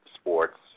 sports